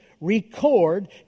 record